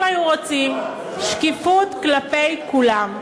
אם היו רוצים, שקיפות כלפי כולם.